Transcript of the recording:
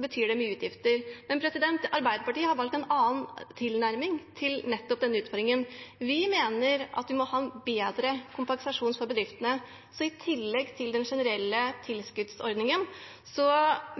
betyr det mye utgifter, men Arbeiderpartiet har valgt en annen tilnærming til nettopp denne utfordringen. Vi mener at vi må ha en bedre kompensasjon for bedriftene. I tillegg til den generelle tilskuddsordningen